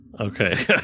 Okay